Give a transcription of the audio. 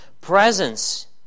presence